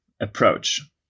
approach